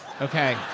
Okay